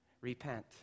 repent